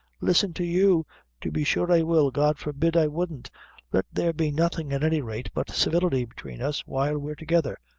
listen to you to be sure i will god forbid i wouldn't let there be nothing at any rate, but civility between us while we're together.